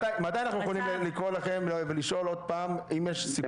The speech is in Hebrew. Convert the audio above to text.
מתי אנחנו יכולים לקרוא לכם ולשאול עוד פעם אם יש סיכום.